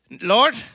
Lord